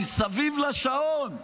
מסביב לשעון.